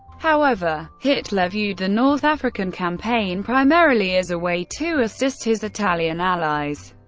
however, hitler viewed the north african campaign primarily as a way to assist his italian allies,